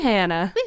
Hannah